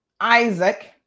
Isaac